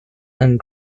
and